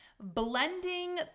Blending